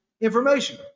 information